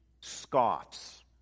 Scoffs